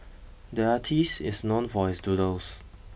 the artist is known for his doodles